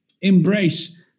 Embrace